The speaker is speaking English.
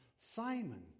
Simon